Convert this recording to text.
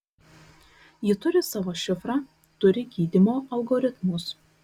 ji turi savo šifrą turi gydymo algoritmus